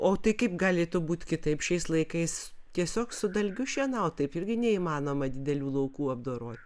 o tai kaip galėtų būti kitaip šiais laikais tiesiog su dalgiu šienaut taip irgi neįmanoma didelių laukų apdorot